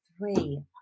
three